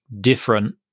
different